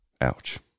Ouch